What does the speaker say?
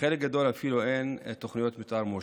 ובחלק גדול אפילו תוכניות מתאר מאושרות.